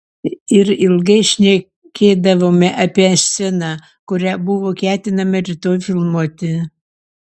ir ilgai šnekėdavome apie sceną kurią buvo ketinama rytoj filmuoti